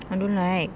I don't like